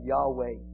Yahweh